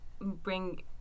bring